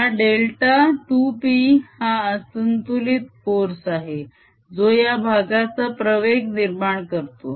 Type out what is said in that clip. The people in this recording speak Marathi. हा डेल्टा 2 p हा असंतुलित फोर्स आहे जो या भागाचा प्रवेग निर्माण करतो